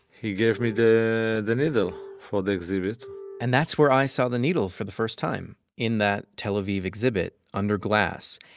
he gave me the the needle for the exhibit and that's where i saw the needle for the first time in that tel aviv exhibit, under glass.